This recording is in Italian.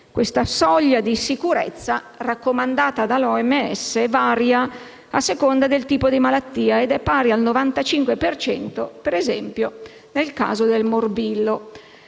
Questa soglia di sicurezza raccomandata dall'OMS varia a seconda del tipo di malattia ed è pari al 95 per cento, per esempio, nel caso del morbillo.